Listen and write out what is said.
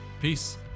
Peace